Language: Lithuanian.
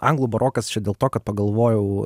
anglų barokas čia dėl to kad pagalvojau